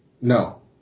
No